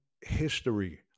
history